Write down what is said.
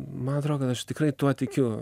man atrodo aš tikrai tuo tikiu